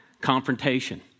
Confrontation